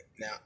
Now